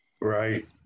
Right